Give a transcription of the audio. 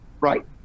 Right